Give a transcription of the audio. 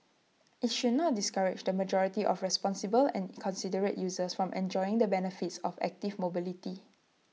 IT should not discourage the majority of responsible and considerate users from enjoying the benefits of active mobility